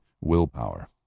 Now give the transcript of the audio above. willpower